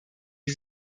wie